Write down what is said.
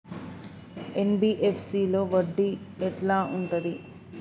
NBFC లో వడ్డీ ఎట్లా ఉంటది?